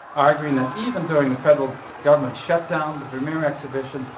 arguing that even during a federal government shutdown, the vermeer exhibition,